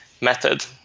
method